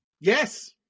Yes